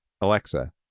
Alexa